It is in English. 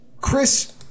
Chris